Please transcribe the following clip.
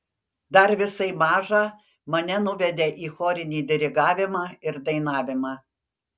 dar visai mažą mane nuvedė į chorinį dirigavimą ir dainavimą